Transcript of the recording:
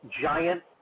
giant